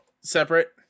separate